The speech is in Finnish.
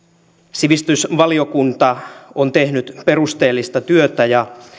sivistysvaliokunta on tehnyt perusteellista työtä ja